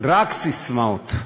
רק ססמאות.